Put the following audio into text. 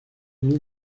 mille